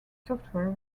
software